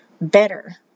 better